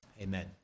Amen